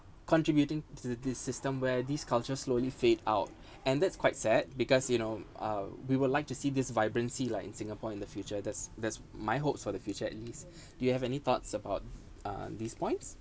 contributing to this system where this culture slowly fade out and that's quite sad because you know uh we would like to see this vibrancy like in singapore in the future that's that's my hopes for the future at least do you have any thoughts about uh these points